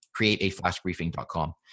createaflashbriefing.com